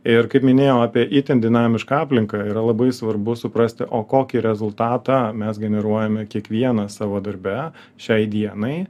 ir kaip minėjau apie itin dinamišką aplinką yra labai svarbu suprasti o kokį rezultatą mes generuojame kiekvienas savo darbe šiai dienai